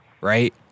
right